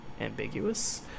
ambiguous